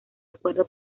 acuerdo